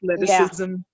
athleticism